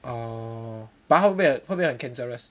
err but 他会他会不会很 cancerous